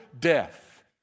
death